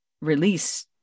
release